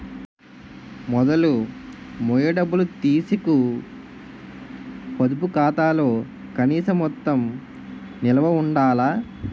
మొదలు మొయ్య డబ్బులు తీసీకు పొదుపు ఖాతాలో కనీస మొత్తం నిలవ ఉండాల